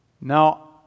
Now